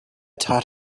taught